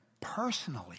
personally